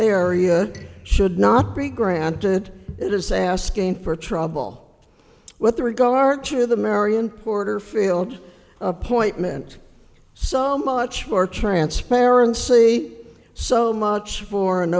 area should not be granted it is asking for trouble with regard to the marion porterfield appointment so much more transparency so much for an